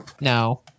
No